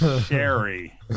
sherry